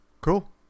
Cool